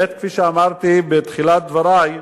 כפי שאמרתי בתחילת דברי,